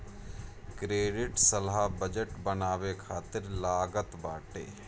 credit सलाह budget बनावे खातिर लागत बाटे